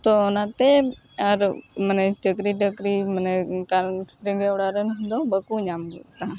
ᱛᱚ ᱚᱱᱟᱛᱮ ᱟᱨ ᱢᱟᱱᱮ ᱪᱟᱹᱠᱨᱤ ᱵᱟᱹᱠᱨᱤ ᱢᱟᱱᱮ ᱠᱟᱨᱚᱱ ᱨᱮᱸᱜᱮᱡ ᱚᱲᱟᱜᱨᱮᱱ ᱫᱚ ᱵᱟᱹᱠᱩ ᱧᱟᱢᱮᱫ ᱠᱟᱱᱟ